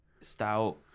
stout